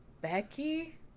Becky